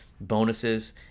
bonuses